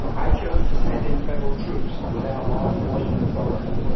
i chose to send in federal troops without law-enforcement authority.